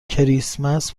کریسمس